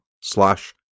slash